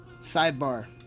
Sidebar